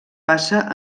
passa